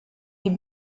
est